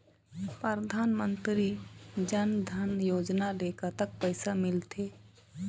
परधानमंतरी जन धन योजना ले कतक पैसा मिल थे?